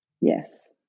Yes